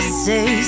say